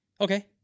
Okay